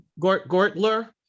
gortler